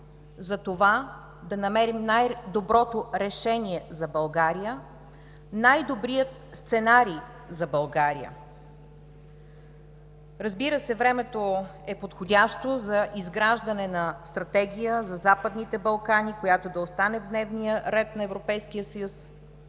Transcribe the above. за това да се намери най-доброто решение за България, най-добрият сценарии за България. Разбира се, времето е подходящо за изграждане на стратегия за Западните Балкани, която да остане в дневния ред на Европейския съюз.